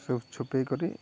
ସବୁ ଛୁପାଇ କରି